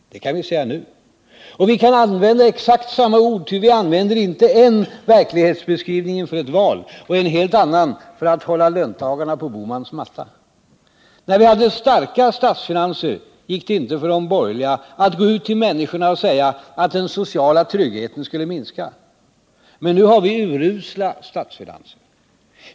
Det kan vi säga nu. Och vi kan använda exakt samma ord, ty vi använder inte en verklighetsbeskrivning inför ett val och en helt annan för att hålla löntagarna på Bohmans matta. När vi hade starka statsfinanser gick det inte för de borgerliga att gå ut till människorna och säga att den sociala tryggheten skulle minska. Men nu har vi urusla statsfinanser.